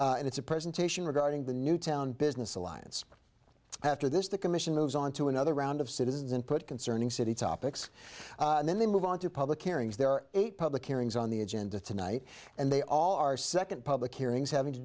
and it's a presentation regarding the newtown business alliance after this the commission moves on to another round of citizens and put concerning city topics and then they move on to public hearings there are eight public hearings on the agenda tonight and they all are second public hearings having to